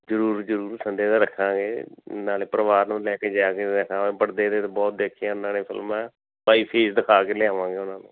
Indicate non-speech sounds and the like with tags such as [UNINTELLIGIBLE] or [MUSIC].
ਜ਼ਰੂਰ ਜ਼ਰੂਰ ਸੰਡੇ ਦਾ ਰੱਖਾਂਗੇ ਨਾਲੇ ਪਰਿਵਾਰ ਨੂੰ ਲੈ ਕੇ ਜਾ ਕੇ [UNINTELLIGIBLE] ਪੜਦੇ 'ਤੇ ਬਹੁਤ ਦੇਖੇ ਉਹਨਾਂ ਨੇ ਫਿਲਮਾਂ ਬਾਏ ਫੇਸ ਦਿਖਾ ਕੇ ਲਿਆਵਾਂਗੇ ਉਹਨਾਂ ਨੂੰ